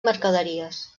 mercaderies